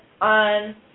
on